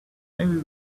maybe